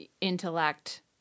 intellect